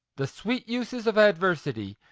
the sweet uses of adversity,